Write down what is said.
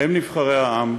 הם נבחרי העם,